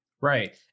Right